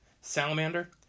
salamander